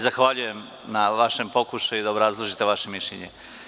Zahvaljujem na vašem pokušaju da obrazložite vaše mišljenje.